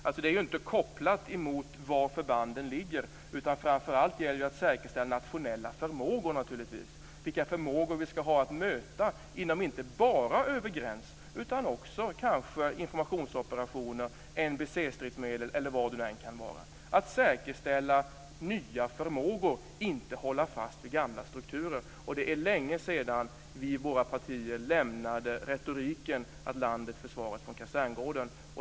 Det är alltså inte kopplat till var förbanden ligger utan framför allt gäller det att säkerställa nationell förmåga naturligtvis, vilken förmåga vi ska ha inte bara över gräns utan också när det gäller att möta informationsoperationer, NBC stridsmedel eller vad det nu kan vara, att säkerställa nya förmågor, inte hålla fast vid gamla strukturer. Det är länge sedan vi i våra partier lämnade retoriken att landet försvaras från kaserngården.